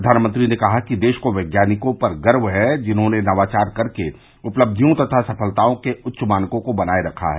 प्रधानमंत्री ने कहा कि देश को वैज्ञानिकों पर गर्व है जिन्होंने नवाचार करके उपलब्धियों तथा सफलताओं के उच्च मानकों को बनाये रखा है